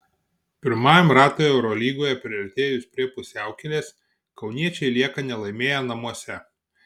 pirmajam ratui eurolygoje priartėjus prie pusiaukelės kauniečiai lieka nelaimėję namuose